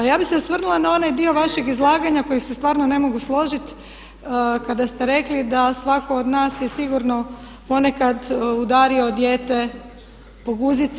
A ja bih se osvrnula na onaj dio vašeg izlaganja kojeg se stvarno ne mogu složit kada ste rekli da svatko od nas je sigurno ponekad udario dijete po guzici.